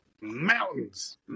Mountains